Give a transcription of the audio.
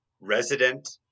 resident